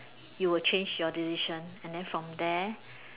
you would change your decision and then from there